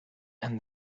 and